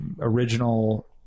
original